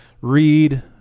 read